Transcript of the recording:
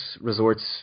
Resorts